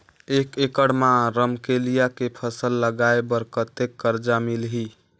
एक एकड़ मा रमकेलिया के फसल लगाय बार कतेक कर्जा मिलही?